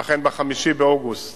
ואכן ב-5 באוגוסט